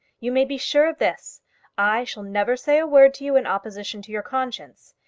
you may be sure of this i shall never say a word to you in opposition to your conscience.